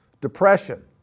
depression